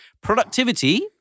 Productivity